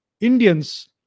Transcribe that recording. Indians